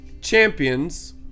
champions